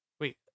Wait